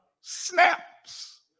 snaps